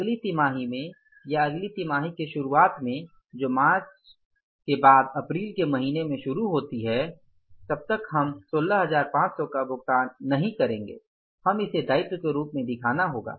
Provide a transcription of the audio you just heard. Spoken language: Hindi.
अगली तिमाही में या अगली तिमाही की शुरुआत में जो अप्रैल के महीने में होती है जब तक हम 16500 का भुगतान नहीं करेंगे हमें इसे दायित्व के रूप में दिखाना होगा